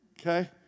okay